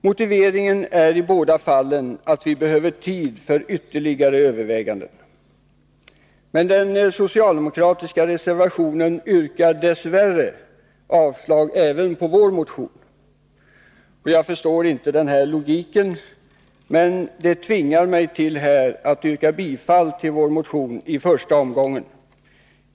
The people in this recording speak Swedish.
Motiveringen är i båda fallen att vi behöver tid för ytterligare överväganden. Men den socialdemokratiska reservationen yrkar dess värre avslag även på vår motion. Jag förstår inte logiken, men det tvingar mig till att yrka bifall till vår motion i första omgången.